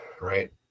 right